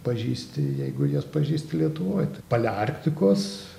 pažįsti jeigu jas pažįsti lietuvoj tai palearktikos